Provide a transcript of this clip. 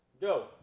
go